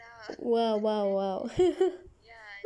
!wow! !wow! !wow!